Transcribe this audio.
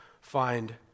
find